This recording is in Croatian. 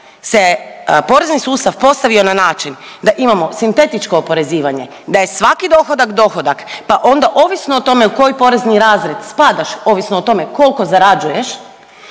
se porezni sustav postavio na način da imamo sintetičko oporezivanje da je svaki dohodak dohodak pa onda ovisno o tome u koji porezni razred spadaš, ovisno o tome koliko zarađuješ,